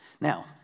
Now